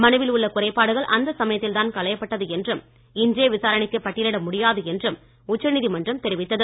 மனுவில் உள்ள குறைபாடுகள் அந்த சமயத்தில் தான் களையப்பட்டது என்றும் இன்றே விசாரணைக்கு பட்டியலிட முடியாது என்றும் உச்சநீதிமன்றம் தெரிவித்தது